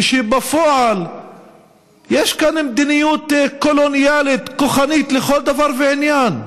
כשבפועל יש כאן מדיניות קולוניאלית כוחנית לכל דבר ועניין?